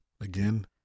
again